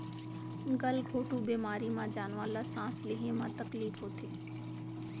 गल घोंटू बेमारी म जानवर ल सांस लेहे म तकलीफ होथे